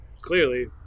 clearly